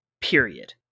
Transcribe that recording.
period